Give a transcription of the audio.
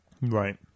Right